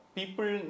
People